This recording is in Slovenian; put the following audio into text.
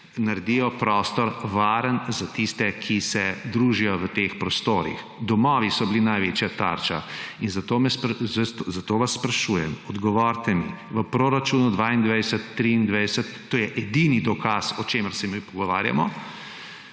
naredijo prostor varen za tiste, ki se družijo v teh prostorih. Domovi so bili največja tarča in zato vas sprašujem, odgovorite mi, v proračunu 2022, 2023, to je edini dokaz, o čemer se mi pogovarjamo,